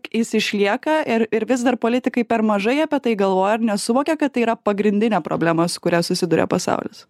jis išlieka ir ir vis dar politikai per mažai apie tai galvoja ar nesuvokia kad tai yra pagrindinė problema su kuria susiduria pasaulis